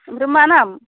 ओमफ्राय मा नाम